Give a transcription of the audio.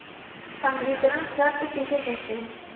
संवितरण शर्त किसे कहते हैं?